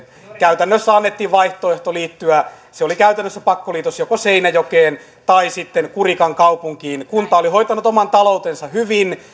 käytännössä annettiin vaihtoehto liittyä se oli käytännössä pakkoliitos joko seinäjokeen tai sitten kurikan kaupunkiin kunta oli hoitanut oman taloutensa hyvin